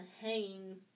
hanging